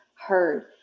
heard